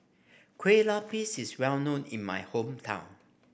Kue Lupis is well known in my hometown